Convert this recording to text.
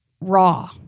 raw